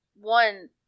one